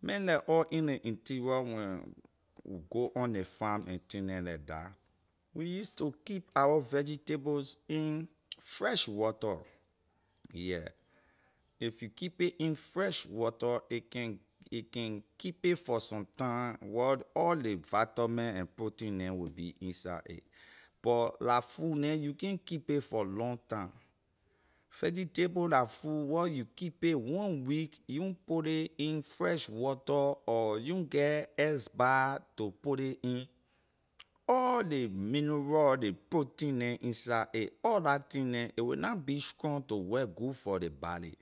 man like or in ley interior when we go on ley farm and thing neh leh dah we use to keep our vegetables in fresh water yeah if you keep it in fresh water a can a can keep it for some time wor all ley vitamin and protein neh will be inside a but la food neh you can’t keep it for long time vegetable la food where you keep it one week you put ley in fresh water or you get ice bah to put ley in all ley mineral ley protein neh inside a all la thing neh a will na be strong to work good for ley body.